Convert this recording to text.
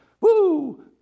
Woo